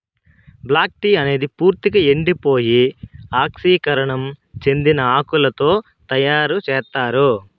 black tea అనేది పూర్తిక ఎండిపోయి ఆక్సీకరణం చెందిన ఆకులతో తయారు చేత్తారు